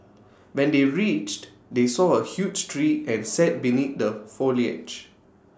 when they reached they saw A huge tree and sat beneath the foliage